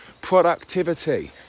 Productivity